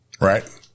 Right